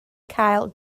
cael